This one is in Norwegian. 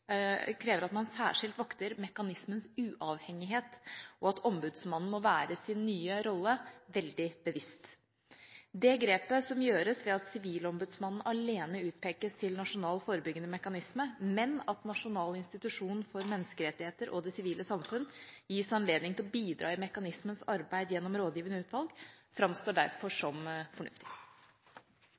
krever at en særskilt vokter mekanismens uavhengighet, og at ombudsmannen må være sin nye rolle veldig bevisst. Det grepet som gjøres ved at Sivilombudsmannen alene utpekes til nasjonal forebyggende mekanisme, men at Nasjonal institusjon for menneskerettigheter og det sivile samfunn gis anledning til å bidra i mekanismens arbeid gjennom rådgivende utvalg, framstår derfor som fornuftig.